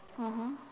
mmhmm